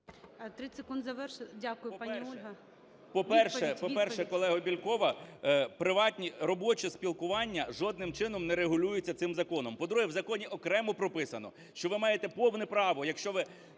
По-перше, колего Бєлькова, приватні, робочі спілкування жодним чином не регулюються цим законом. По-друге, в законі окремо прописано, що ви маєте повне право, якщо ви